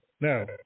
Now